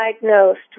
diagnosed